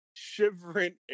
Shivering